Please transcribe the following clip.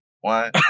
One